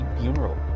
funeral